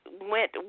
went